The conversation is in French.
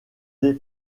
des